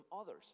others